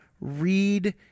Read